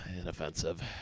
inoffensive